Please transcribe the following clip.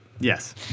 Yes